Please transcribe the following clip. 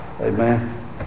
Amen